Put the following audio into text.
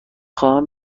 خواهم